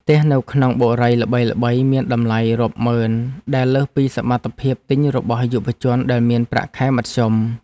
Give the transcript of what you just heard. ផ្ទះនៅក្នុងបុរីល្បីៗមានតម្លៃរាប់ម៉ឺនដែលលើសពីសមត្ថភាពទិញរបស់យុវជនដែលមានប្រាក់ខែមធ្យម។